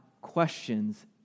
questions